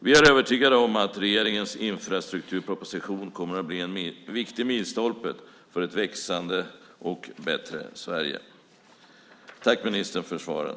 Vi är övertygade om att regeringens infrastrukturproposition kommer att bli en viktig milstolpe för ett växande och bättre Sverige. Slutligen vill jag tacka ministern för svaren.